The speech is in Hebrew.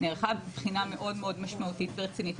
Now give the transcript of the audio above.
נערכה בחינה מאוד מאוד משמעותית ורצינית.